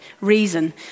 reason